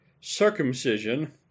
circumcision